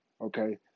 okay